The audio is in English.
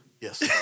Yes